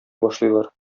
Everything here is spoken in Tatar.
башлыйлар